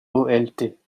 polt